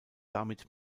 damit